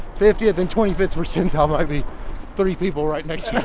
fiftieth and twenty fifth percentile might be three people right next